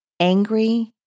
angry